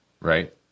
right